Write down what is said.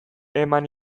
eman